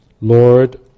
Lord